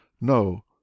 no